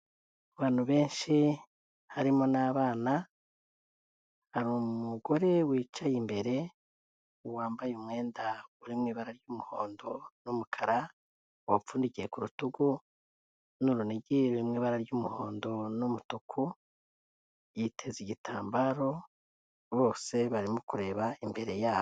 Abantu benshi harimo n'abana, hari umugore wicaye imbere wambaye umwenda uri mu ibara ry'umuhondo n'umukara, wawupfundikiye ku rutugu n'urunigi ruri mu ibara ry'umuhondo n'umutuku, yiteza igitambaro bose barimo kureba imbere yabo.